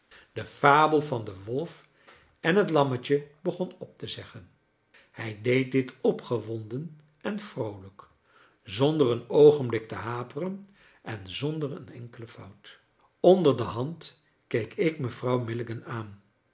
de fabel van de wolf en het lammetje begon op te zeggen hij deed dit opgewonden en vroolijk zonder een oogenblik te haperen en zonder een enkele fout onderdehand keek ik mevrouw milligan aan